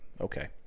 Okay